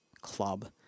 Club